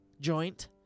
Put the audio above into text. joint